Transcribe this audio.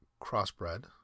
crossbred